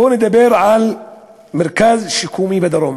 בואו נדבר על מרכז שיקומי בדרום.